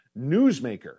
newsmaker